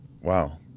Wow